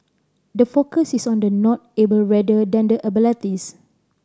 the focus is on the not able rather than the abilities